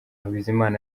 bizimana